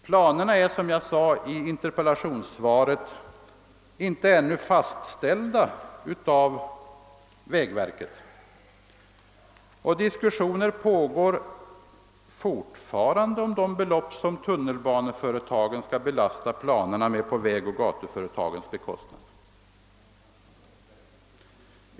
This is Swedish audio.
Planerna är, som jag sade i interpellationssvaret, ännu inte fastställda av vägverket och diskussioner pågår fortfarande om de belopp som tunnelbaneföretagen skall belasta planerna med på vägoch gatuföretagens bekostnad.